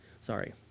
Sorry